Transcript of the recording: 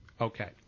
Okay